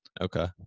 okay